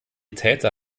täter